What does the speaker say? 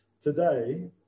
today